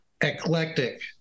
eclectic